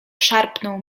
szarpnął